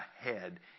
ahead